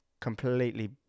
completely